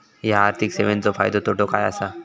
हया आर्थिक सेवेंचो फायदो तोटो काय आसा?